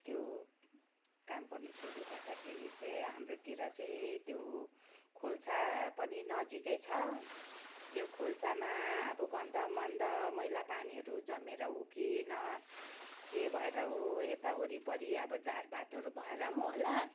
त्यो काम गर्नु सुरु गर्दाखेरि चाहिँ हाम्रोतिर चाहिँ त्यो खोल्सा पनि नजिकै छ त्यो खोल्सामा अब गन्द मन्द मैला पानीहरू जमेर हो कि न के भएर हो यता वरिपरि अब झारपातहरू भएर पनि होला